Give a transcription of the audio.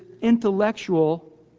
intellectual